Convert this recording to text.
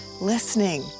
listening